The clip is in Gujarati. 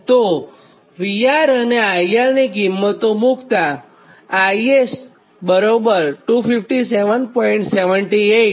તો VR અને IR ની કિંમતો મૂક્તાં IS 257